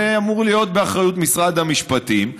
זה אמור להיות באחריות משרד המשפטים.